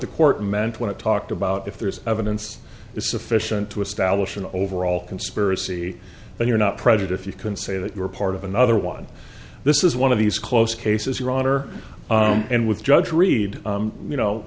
the court meant when it talked about if there's evidence is sufficient to establish an overall conspiracy and you're not prejudiced you can say that you're part of another one this is one of these close cases your honor and with judge read you know